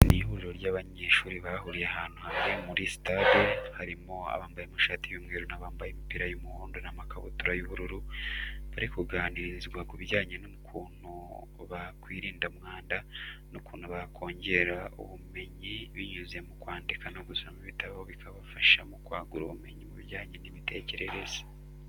Ni ihuriro ry'abanyeshuri bahuriye ahantu hamwe muri sitade, harimo abambaye amashati y'umweru n'abambaye imipira y'umuhondo n'amakabutura y'ubururu, bari kuganirinzwa kubijyanye n'ukuntu bakwirinda umwanda, n'ukuntu bakongera ubumenyi binyuze mu kwandika no gusoma ibitabo bikabafasha mu kwagura ubumenyi mu bijyanye n'imitekerereze.